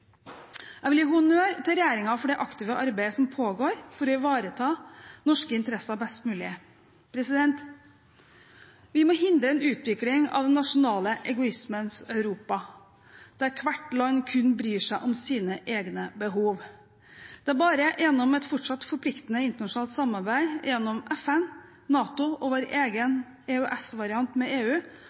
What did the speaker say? Jeg vil gi honnør til regjeringen for det aktive arbeidet som pågår for å ivareta norske interesser best mulig. Vi må hindre en utvikling av den nasjonale egoismens Europa, der hvert land kun bryr seg om sine egne behov. Det er bare gjennom et fortsatt forpliktende internasjonalt samarbeid, gjennom FN, NATO og vår egen EØS-variant med EU